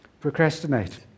Procrastinate